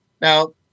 now